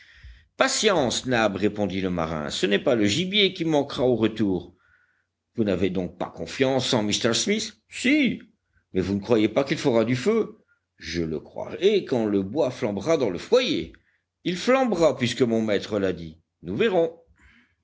patience nab répondit le marin ce n'est pas le gibier qui manquera au retour vous n'avez donc pas confiance en m smith si mais vous ne croyez pas qu'il fera du feu je le croirai quand le bois flambera dans le foyer il flambera puisque mon maître l'a dit nous verrons